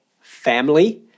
family